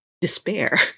despair